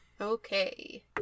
Okay